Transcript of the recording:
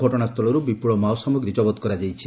ଘଟଣାସ୍ଚଳରୁ ବିପୁଳ ମାଓ ସାମଗ୍ରୀ ଜବତ କରାଯାଇଛି